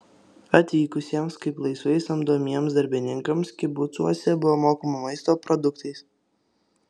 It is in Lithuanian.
atvykusiems kaip laisvai samdomiems darbininkams kibucuose buvo mokama maisto produktais